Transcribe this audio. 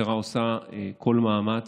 שהמשטרה עושה כל מאמץ.